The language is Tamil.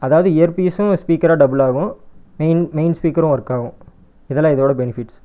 அதாவது இயர் பீஸும் ஸ்பீக்கரும் டபுள் ஆகும் மெயின் மெயின் ஸ்பீக்கரும் ஒர்க் ஆகும் இதல்லாம் இதோடய பெனிஃபிட்ஸ்